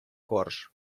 корж